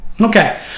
Okay